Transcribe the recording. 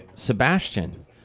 Sebastian